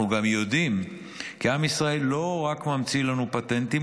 אנחנו גם יודעים כי עם ישראל לא רק ממציא לנו פטנטים,